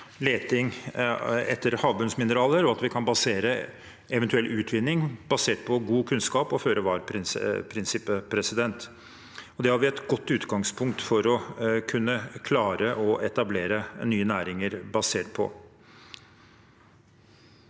leting etter havbunnsmineraler og at vi kan basere en eventuell utvinning på god kunnskap og føre-var-prinsippet. Vi har et godt utgangspunkt for å kunne klare å etablere nye næringer basert på